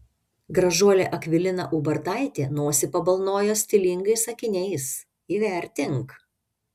gražuolė akvilina ubartaitė nosį pabalnojo stilingais akiniais įvertink